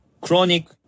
chronic